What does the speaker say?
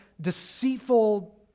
deceitful